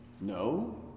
No